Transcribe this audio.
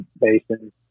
basin